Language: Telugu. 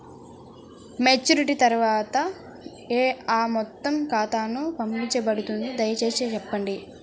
మెచ్యూరిటీ తర్వాత ఆ మొత్తం నా ఖాతాకు పంపబడుతుందా? దయచేసి చెప్పండి?